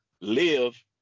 live